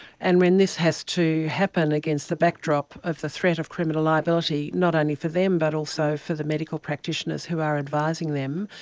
and when this has to happen against the backdrop of the threat of criminal liability, not only for them but also for the medical practitioners who are advising them,